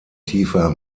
tiefer